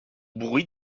bruit